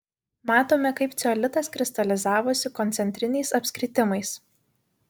matome kaip ceolitas kristalizavosi koncentriniais apskritimais